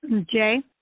Jay